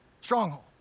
Stronghold